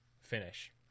finish